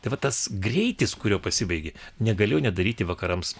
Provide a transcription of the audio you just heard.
tai va tas greitis kuriuo pasibaigė negalėjo nedaryti vakarams